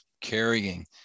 carrying